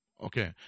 Okay